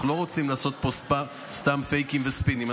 אנחנו לא רוצים לעשות פה סתם פייקים וספינים,